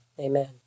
Amen